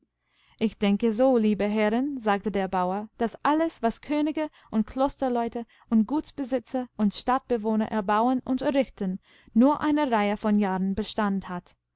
ich denke so liebe herrin sagte der bauer daß alles was könige und klosterleute und gutsbesitzer und stadtbewohner erbauen und errichten nur eine reihe von jahren bestand hat